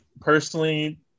personally